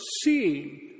seeing